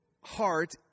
heart